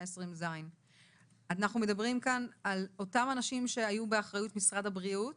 20ז. אנחנו מדברים כאן על אותם אנשים שהיו באחריות משרד הבריאות